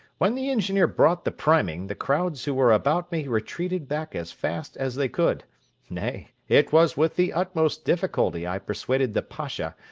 when the engineer brought the priming, the crowds who were about me retreated back as fast as they could nay, it was with the utmost difficulty i persuaded the pacha,